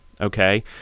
okay